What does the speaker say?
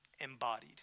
embodied